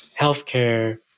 healthcare